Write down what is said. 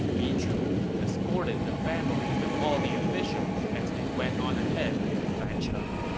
mi zhu, escorted the families of all the officials as they went on ahead to fancheng